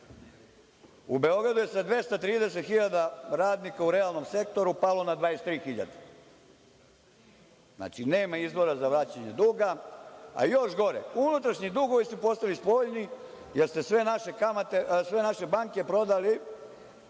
U Beogradu je sa 230.000 radnika u realnom sektoru palo na 23.000. Znači, nema izvora za vraćanje duga, a još gore unutrašnji dugovi su ostali spoljni, jer ste sve naše kamate,